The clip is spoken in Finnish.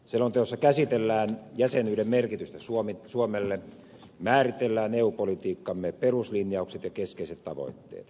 selonteossa käsitellään jäsenyyden merkitystä suomelle määritellään eu politiikkamme peruslinjaukset ja keskeiset tavoitteet